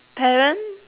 parent